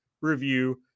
review